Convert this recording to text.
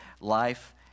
life